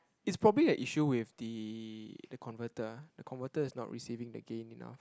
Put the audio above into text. is probably a issue with the the converter ah the converter is not receiving the gain enough